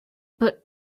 but